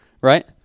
right